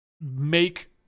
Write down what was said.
make